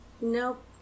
Nope